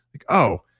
like, oh,